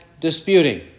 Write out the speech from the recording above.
disputing